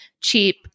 cheap